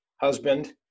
husband